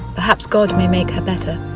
perhaps god may make her better.